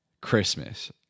Christmas